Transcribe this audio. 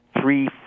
three